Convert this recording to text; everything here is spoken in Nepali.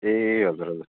ए हजुर हजुर